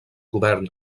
govern